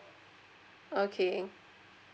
okay